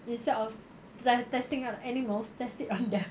instead of like testing on animals test it on them